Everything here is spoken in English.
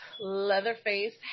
Leatherface